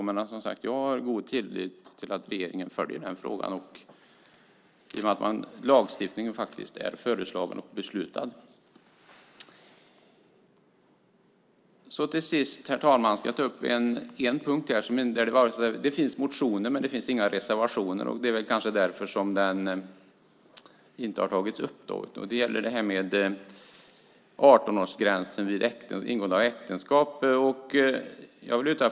Jag har god tillit till att regeringen följer frågan. Till sist ska jag ta upp en punkt som det finns motioner om men inga reservationer. Det är väl kanske därför som den inte har tagits upp här. Det gäller 18-årsgränsen vid ingående av äktenskap.